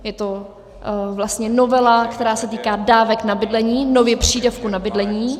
Je to vlastně novela, která se týká dávek na bydlení, nově přídavku na bydlení.